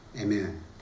Amen